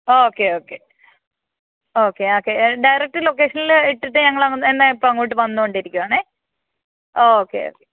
okay okay okay okay direct ലൊക്കേഷനിൽ ഇട്ടിട്ട് ഞങ്ങളൊന്ന് തന്നെ ഇപ്പോൾ അങ്ങോട്ട് വന്നുകൊണ്ടിരിക്കുവാണേ ഓക്കെ ഓക്കെ